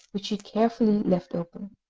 which she carefully left open.